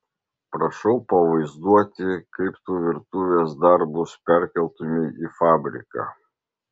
prašau pavaizduoti kaip tu virtuvės darbus perkeltumei į fabriką